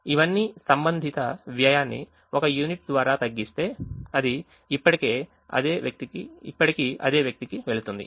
ఇవన్నీ సంబంధిత వ్యయాన్ని 1 యూనిట్ ద్వారా తగ్గిస్తే అది ఇప్పటికీ అదే వ్యక్తికి వెళ్తుంది